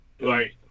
Right